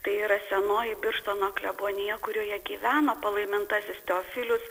tai yra senoji birštono klebonija kurioje gyveno palaimintasis teofilius